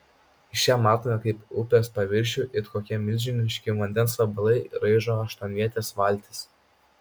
iš čia matome kaip upės paviršių it kokie milžiniški vandens vabalai raižo aštuonvietės valtys